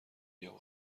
یهو